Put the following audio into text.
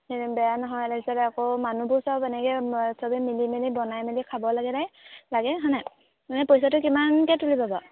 বেয়া নহয় তাৰপিছতে আকৌ মানুহবোৰ সব এনেকৈ সবেই মিলি মেলি বনাই মেলি খাব লাগে হয়নে এনে পইচাটো কিমানকৈ তুলিব বাাৰু